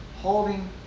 holding